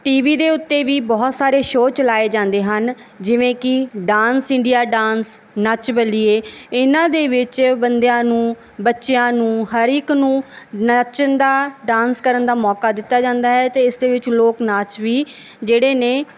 T V ਦੇ ਉੱਤੇ ਵੀ ਬਹੁਤ ਸਾਰੇ ਸ਼ੋਅ ਚਲਾਏ ਜਾਂਦੇ ਹਨ ਜਿਵੇਂ ਕਿ dance India dance Nach Baliye ਇਨ੍ਹਾਂ ਦੇ ਵਿੱਚ ਬੰਦਿਆਂ ਨੂੰ ਬੱਚਿਆਂ ਨੂੰ ਹਰ ਇੱਕ ਨੂੰ ਨੱਚਣ ਦਾ ਡਾਂਸ ਕਰਨ ਦਾ ਮੌਕਾ ਦਿੱਤਾ ਜਾਂਦਾ ਹੈ ਅਤੇ ਇਸਦੇ ਵਿੱਚ ਲੋਕ ਨਾਚ ਵੀ ਜਿਹੜੇ ਨੇ